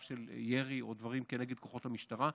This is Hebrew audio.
של ירי או דברים כנגד כוחות המשטרה.